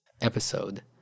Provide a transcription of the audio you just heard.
episode